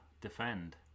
defend